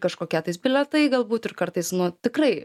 kažkokie tais bilietai galbūt ir kartais nu tikrai